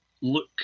look